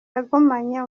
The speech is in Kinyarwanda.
yagumanye